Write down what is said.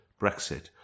Brexit